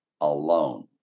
alone